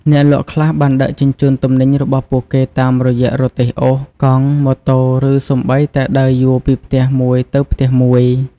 អ្នកលក់ខ្លះបានដឹកជញ្ជូនទំនិញរបស់ពួកគេតាមរយៈរទេះ អូស កង់ ម៉ូតូ ឬសូម្បីតែដើរយួរពីផ្ទះមួយទៅផ្ទះមួយ។